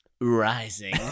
rising